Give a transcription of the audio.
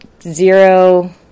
zero